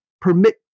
permit